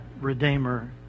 Redeemer